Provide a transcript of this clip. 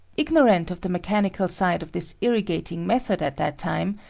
ignorant of the mechanical side of this irrigating method at that time,